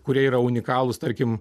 kurie yra unikalūs tarkim